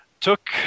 took